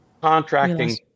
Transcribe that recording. Contracting